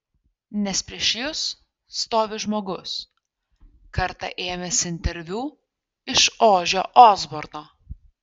nes prieš jus stovi žmogus kartą ėmęs interviu iš ožio osborno